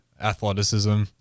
athleticism